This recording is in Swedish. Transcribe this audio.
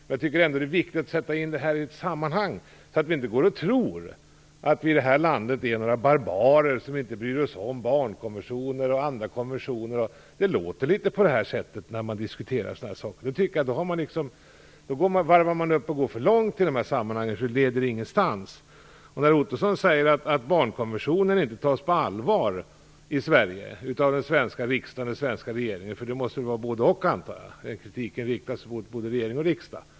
Men jag tycker ändå att det är viktigt att sätta detta i sitt rätta sammanhang så att man inte tror att vi i det här landet är barbarer som inte bryr oss om några barnkonventioner. Det låter litet så. Då går man för långt, och det leder ingenstans. Roy Ottosson säger att barnkonventionen inte tas på allvar av den svenska riksdagen och regeringen. Kritiken riktas mot både regering och riksdag.